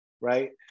right